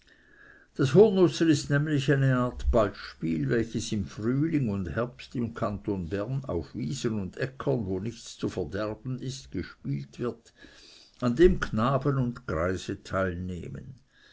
das hurnußen ist nämlich eine art ballspiel welches im frühjahr und herbst im kanton bern auf wiesen und äckern wo nichts zu verderben ist gespielt wird an dem knaben und greise teilnehmen